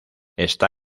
está